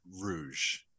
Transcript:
rouge